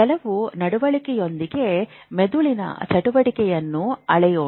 ಕೆಲವು ನಡವಳಿಕೆಯೊಂದಿಗೆ ಮೆದುಳಿನ ಚಟುವಟಿಕೆಯನ್ನು ಅಳೆಯೋಣ